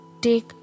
take